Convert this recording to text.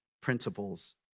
principles